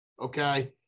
okay